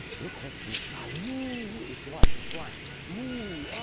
look what's inside! ooh! it's white. it's blank. ooh!